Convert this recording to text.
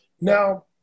Now